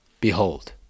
behold